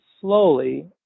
slowly